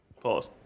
pause